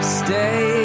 stay